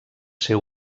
ser